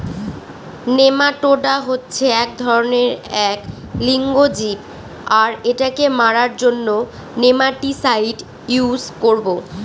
nematoda হচ্ছে এক ধরনের এক লিঙ্গ জীব আর এটাকে মারার জন্য নেমাটিসাইড ইউস করবো